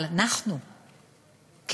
אבל אנחנו כמחוקקים,